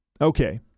okay